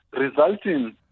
resulting